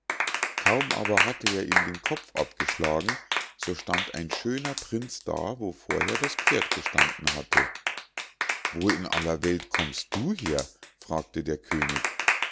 kaum aber hatte er ihm den kopf abgeschlagen so stand ein schöner prinz da wo vorher das pferd gestanden hatte wo in aller welt kommst du her fragte der könig